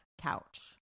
couch